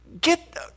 Get